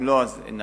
אם לא, נמשיך.